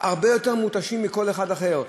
הם הרבה יותר מותשים מכל אחד אחר.